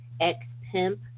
ex-pimp